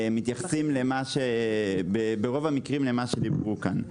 מתייחסים ברוב המקרים למה שדיברו פה.